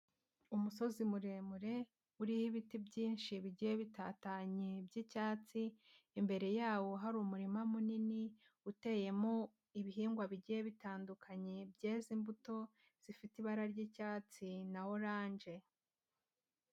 Umusozi muremure uriho ibiti byinshi bigiye bitatanye by'icyatsi, imbere yawo hari umurima munini, uteyemo ibihingwa bigiye bitandukanye byeze imbuto zifite ibara ry'icyatsi na oranje.